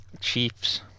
Chiefs